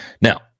Now